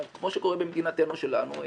כמו שקורה בחלק מהדברים,